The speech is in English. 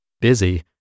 Busy